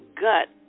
gut